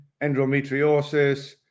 endometriosis